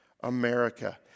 America